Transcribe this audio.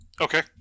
Okay